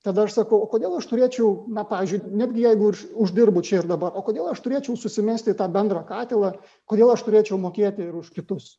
tada aš sakau o kodėl aš turėčiau na pavyzdžiui netgi jeigu aš uždirbu čia ir dabar o kodėl aš turėčiau susimesti į tą bendrą katilą kodėl aš turėčiau mokėti ir už kitus